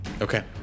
Okay